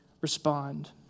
respond